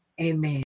Amen